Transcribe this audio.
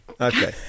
okay